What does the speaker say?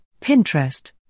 Pinterest